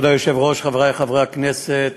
כבוד היושב-ראש, חברי חברי הכנסת,